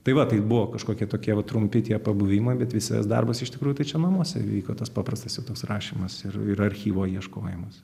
tai va tai buvo kažkokie tokie va trumpi tie pabuvimai bet visas darbas iš tikrųjų tai čia namuose įvyko tas paprastas tai toks rašymas ir ir archyvo ieškojimas